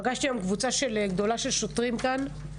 פגשתי היום קבוצה גדולה של שוטרים כאן,